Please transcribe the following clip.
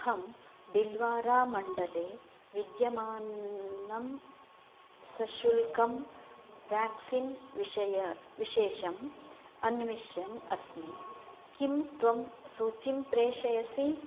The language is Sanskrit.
अहं भिल्वारामण्डले विद्यमानं सशुल्कं व्याक्सिन् विषयविशेषम् अन्विष्यन् अस्मि किं त्वं सूचीं प्रेषयसि